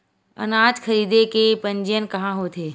अनाज खरीदे के पंजीयन कहां होथे?